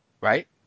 Right